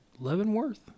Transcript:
Leavenworth